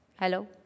Hello